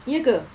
ya ke